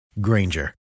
Granger